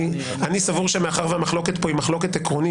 אני סבור שמאחר שהמחלוקת פה היא מחלוקת עקרונית,